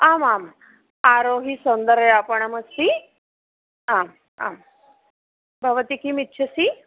आमाम् आरोही सौन्दर्यस्य आपणमस्ति आम् आं भवती किमिच्छति